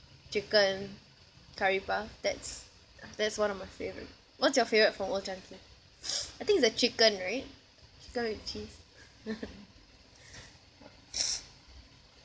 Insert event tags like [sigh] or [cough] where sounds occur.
chicken curry puff that's that's one of my favourite what's your favourite from Old Chang Kee [breath] I think it's the chicken right chicken with cheese [laughs] [breath]